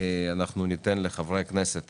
ניתן לחברי הכנסת